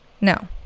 No